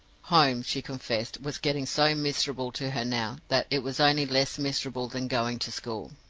home, she confessed, was getting so miserable to her now that it was only less miserable than going to school.